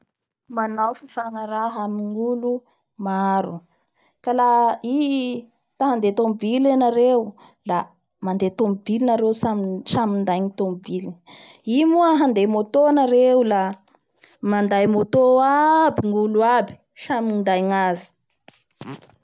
Manao fifanaraha amin'ny olo maro ka la i ta handeha tomobily anareo la mandeha tomobily nareo samy minday ny tomoboliny, i moa handay moto, nareo da manday moto aby gnolo aby samy minday gnazy.